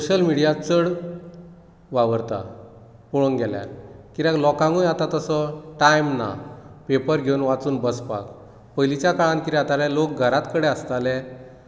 social media चड वावरता पळोवंक गेल्यार कित्याक लोकांकूय आता तसो टायम ना पेपर घेवन वाचूंक बसपाक पयलींच्या काळांत कितें जाताले लोक घराच कडेन आसताले